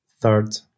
third